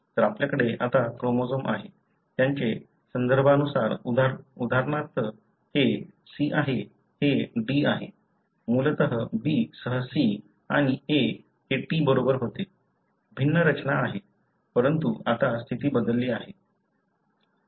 तर आपल्याकडे आता क्रोमोझोम आहे ज्याचे संदर्भानुसार उदाहरणार्थ हे C आहे हे D आहे मूलतः B सह C आणि A हे T बरोबर होते भिन्न रचना आहे परंतु आता स्थिती बदलली आहे